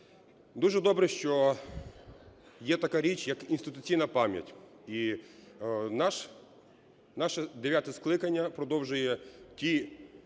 Дуже добре, що є така річ, як інституційна пам'ять, і наше дев'яте скликання продовжує ті